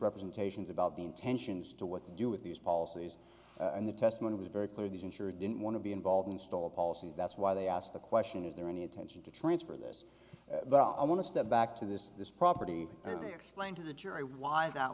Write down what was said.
representations about the intentions to what to do with these policies and the testimony was very clear the insurer didn't want to be involved in stall policies that's why they asked the question is there any attention to transfer this but i want to step back to this this property here explain to the jury why that